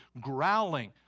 growling